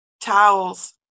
towels